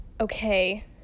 okay